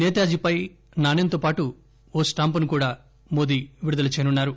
సేతాజీపై నాణెంతో పాటు ఓ స్టాంపును కూడా విడుదల చేయనున్నారు